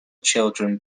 children